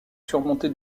surmontée